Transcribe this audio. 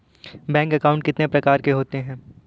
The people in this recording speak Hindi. बैंक अकाउंट कितने प्रकार के होते हैं?